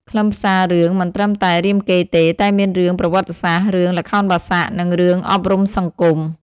ខ្លឹមសាររឿងមិនត្រឹមតែរាមកេរ្តិ៍ទេ តែមានរឿង ប្រវត្តិសាស្ត្រ រឿង ល្ខោនបាសាក់ និង រឿងអប់រំសង្គម។